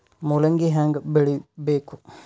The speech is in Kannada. ಮೂಲಂಗಿ ಹ್ಯಾಂಗ ಬೆಳಿಬೇಕು?